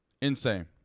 Insane